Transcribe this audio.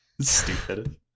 Stupid